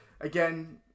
again